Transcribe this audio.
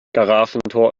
garagentor